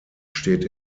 steht